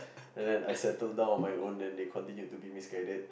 and then I settle down on my own and then they continued to be misguided